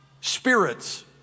spirits